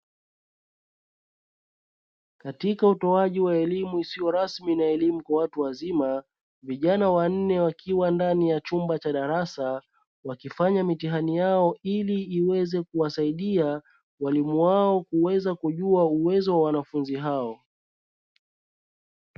Katika utoaji wa elimu isiyo rasmi na elimu kwa watu wazima, vijana wanne wakiwa ndani ya chumba cha darasa wakifanya mitihani yao ili iweze kuwasaidia walimu wao kuweza kujua uwezo wa wanafunzi hao.